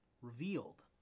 revealed